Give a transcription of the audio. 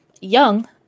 young